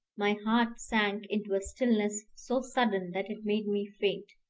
my heart sank into a stillness so sudden that it made me faint.